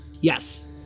Yes